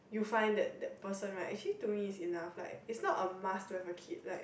you find that that person right actually too easy now is not a must to have a kid right